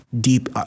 Deep